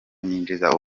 yinjiza